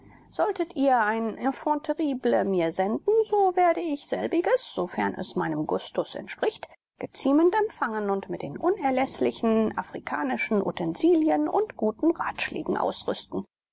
solltet ihr ein enfant terrible mir senden so werde ich selbiges sofern es meinem gustus entspricht geziemend empfangen und mit den unerläßlichen afrikanischen utensilien und guten ratschlägen ausrüsten